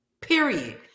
Period